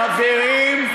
חברים?